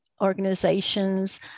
organizations